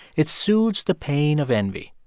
it soothes the pain of envy.